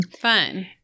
Fun